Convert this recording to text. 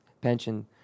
Pension